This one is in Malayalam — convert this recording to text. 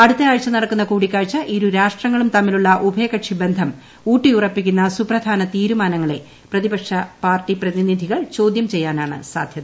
അടുത്ത ആഴ്ച നടക്കുന്ന കൂടിക്കാഴ്ച ഇരുരാഷ്ട്രങ്ങളും തമ്മിലുള്ള ഉഭയകക്ഷി ബന്ധം ഉൌട്ടിയുറപ്പിക്കുന്ന സുപ്രധാന തീരുമാനങ്ങളെ പ്രതിപക്ഷ പാർട്ടി പ്രതിനിധികൾ ചോദ്യം ചെയ്യാനാണ് സാധ്യത